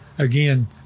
Again